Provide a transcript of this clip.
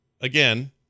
again